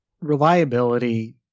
reliability